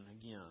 again